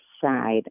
side